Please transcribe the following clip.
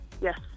Yes